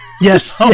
yes